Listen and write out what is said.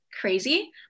crazy